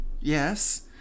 yes